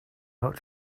ought